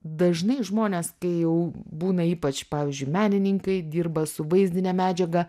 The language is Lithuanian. dažnai žmonės kai jau būna ypač pavyzdžiui menininkai dirba su vaizdine medžiaga